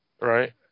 Right